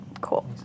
cool